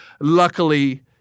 luckily